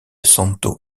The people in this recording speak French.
santo